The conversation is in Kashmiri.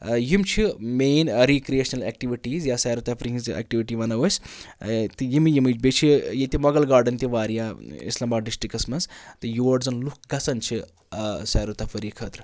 یِم چھِ مین رِکِرٛیشنَل اٮ۪کٹٕوِٹیٖز یا سیروتفریح ہِنٛز اٮ۪کٹٕوِٹی وَنَو أسۍ تہٕ یِمہٕ یِمہٕ بیٚیہِ چھِ ییٚتہِ مۄغل گاڑَن تہِ واریاہ اِسلام آباد ڈِسٹرکَس منٛز تہٕ یور زَن لُکھ گژھان چھِ سیروتفریح خٲطرٕ